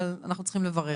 אבל אנחנו צריכים לברך על זה?